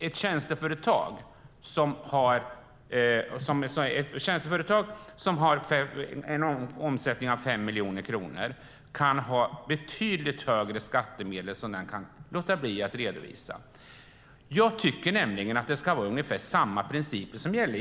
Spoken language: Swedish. Ett tjänsteföretag med en omsättning på 5 miljoner kronor kan få betydligt högre skattemedel som företaget kan låta bli att redovisa. Jag tycker att samma principer ska gälla.